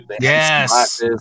Yes